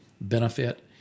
benefit